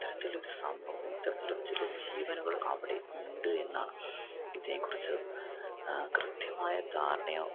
ഇത്തരത്തിലൊരു സംഭവം ഇത്തരത്തിലൊരു ജീവനുകൾ അവിടെ ഉണ്ട് എന്നാണ് ഇതിനെക്കുറിച്ചു കൃത്യമായ ധാരണയോ